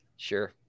sure